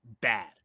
bad